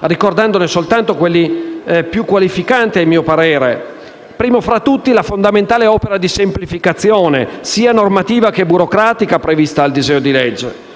ricordando soltanto quelli più qualificanti, a mio parere. Innanzitutto vi è la fondamentale opera di semplificazione sia normativa che burocratica prevista dal disegno di legge,